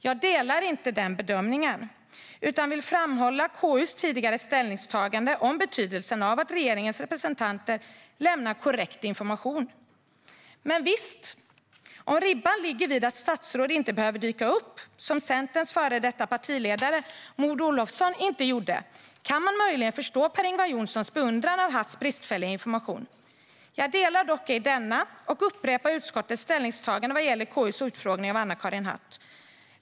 Jag delar inte den bedömningen utan vill framhålla KU:s tidigare ställningstagande om betydelsen av att regeringens representanter lämnar korrekt information. Men visst, om ribban ligger vid att statsråd inte behöver dyka upp - Centerns före detta partiledare, Maud Olofsson, gjorde inte det - kan man möjligen förstå Per-Ingvar Johnssons beundran av Hatts bristfälliga information. Jag delar dock ej denna och upprepar utskottets ställningstagande vad gäller KU:s utfrågning av Anna-Karin Hatt.